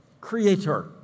Creator